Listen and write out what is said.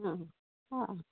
हां हां